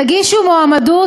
תגישו מועמדות.